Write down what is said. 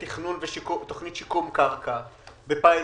תכנון ותוכנית שיקום קרקע, בפיילוטים.